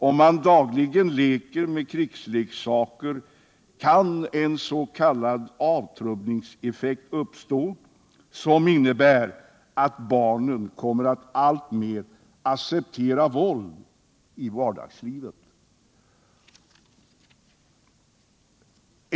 Om barnen dagligen leker med krigsleksaker kan en s.k. avtrubbningseffekt uppstå, som innebär att barnen kommer att alltmer acceptera våld i vardagslivet.